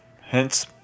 Hence